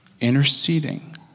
interceding